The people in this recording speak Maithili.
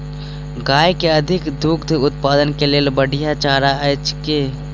गाय केँ अधिक दुग्ध उत्पादन केँ लेल बढ़िया चारा की अछि?